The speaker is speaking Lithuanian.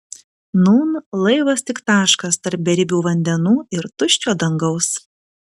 nūn laivas tik taškas tarp beribių vandenų ir tuščio dangaus